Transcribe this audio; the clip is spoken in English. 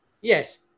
Yes